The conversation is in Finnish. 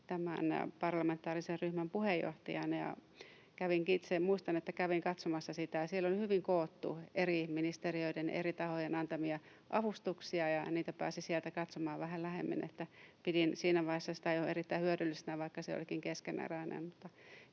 tämän parlamentaarisen ryhmän puheenjohtajana. Muistan, että kävinkin itse katsomassa sitä, ja siellä oli hyvin koottu eri ministeriöiden ja eri tahojen antamia avustuksia, ja niitä pääsi siellä katsomaan vähän lähemmin. Pidin sitä jo siinä vaiheessa erittäin hyödyllisenä, vaikka se olikin keskeneräinen.